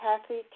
Kathy